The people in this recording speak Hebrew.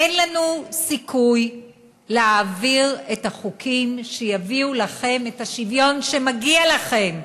אין לנו סיכוי להעביר את החוקים שיביאו לכם את השוויון שמגיע לכם.